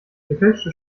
gefälschte